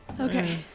Okay